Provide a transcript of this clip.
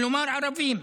כלומר ערבים.